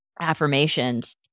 affirmations